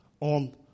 on